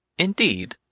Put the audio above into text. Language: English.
indeed.